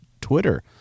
Twitter